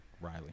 riley